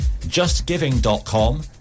justgiving.com